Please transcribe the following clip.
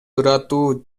ырааттуу